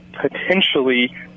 potentially